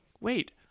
wait